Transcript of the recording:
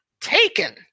taken